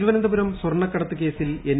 തിരുവനന്തപുരം സ്വർണ്ണക്കടത്ത് കേസിൽ എൻ